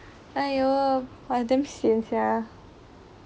!aiyo! damn sian sia